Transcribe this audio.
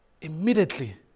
immediately